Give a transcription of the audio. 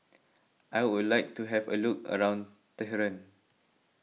I would like to have a look around Tehran